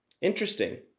Interesting